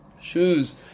shoes